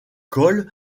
col